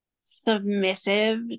submissive